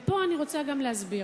ופה אני רוצה גם להסביר.